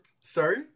Sorry